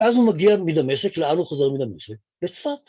ו‫אז הוא מגיע מדמשק, ‫לאן הוא חזר מדמשק? לצפת.